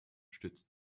stützt